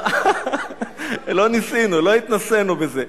לא ניסינו, לא התנסינו בזה.